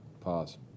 Pause